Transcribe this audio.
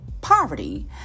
poverty